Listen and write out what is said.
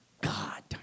God